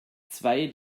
zwei